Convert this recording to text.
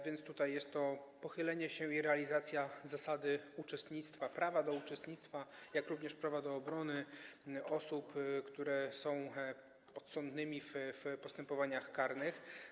Więc tutaj jest to pochylenie się nad tym i realizacja zasady uczestnictwa, prawa do uczestnictwa, jak również prawa do obrony osób, które są podsądnymi w postępowaniach karnych.